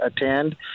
attend